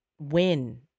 win